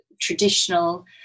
traditional